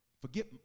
forget